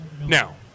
Now